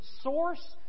source